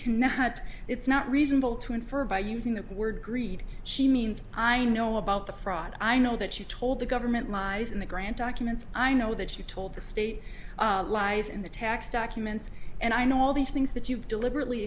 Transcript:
cannot it's not reasonable to infer by using that word greed she means i know about the fraud i know that she told the government lies in the grand documents i know that you told the state lies in the tax documents and i know all these things that you've deliberately